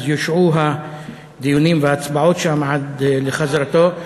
אז יושעו הדיונים וההצבעות שם עד לחזרתו.